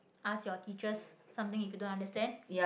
ask your teachers something if you don't understand